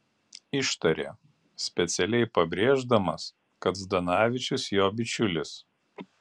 ištarė specialiai pabrėždamas kad zdanavičius jo bičiulis